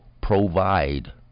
provide